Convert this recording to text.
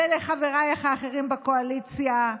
ולחברייך האחרים בקואליציה: